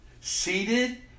seated